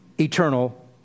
eternal